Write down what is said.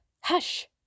Hush